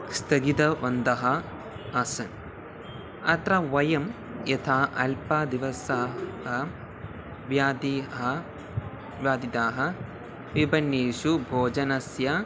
स्थगितवन्तः आसन् अत्र वयं यथा अल्पदिवसाः व्यतिताः व्यतिताः विभिन्नीषु भोजनस्य